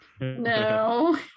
No